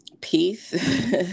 Peace